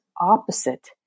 opposite